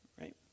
right